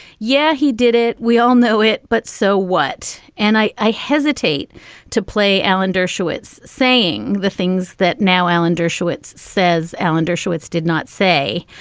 yeah, he did it. we all know it. but so what? and i i hesitate to play alan dershowitz saying the things that now alan dershowitz says. alan dershowitz did not say.